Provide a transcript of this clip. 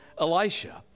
Elisha